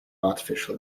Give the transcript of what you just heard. artificial